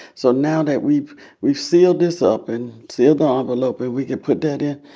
so now that we've we've sealed this up and sealed the envelope, and we can put that in,